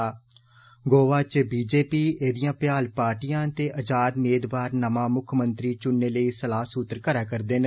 ऽ गोवा च B J P एदिया भयाल पार्टिया ते अज़ाद मेदवार नमां मुक्खमंत्री चुनने लेई सलाहसूत्र करै करदे न